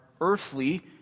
earthly